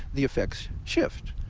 the effects shift.